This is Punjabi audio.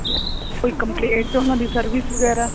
ਕੋਈ ਕੰਪਲੇਂਟ ਉਹਨਾਂ ਦੀ ਸਰਵਿਸ ਵਗੈਰਾ